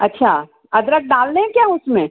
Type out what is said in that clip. अच्छा अदरक डाल दें क्या उसमें